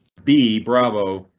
be bravo.